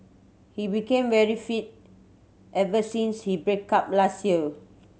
he became very fit ever since he break up last year